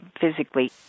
physically